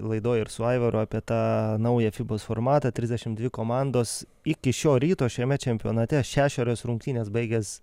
laidoj ir su aivaru apie tą naują fibos formatą trisdešimt dvi komandos iki šio ryto šiame čempionate šešerios rungtynės baigės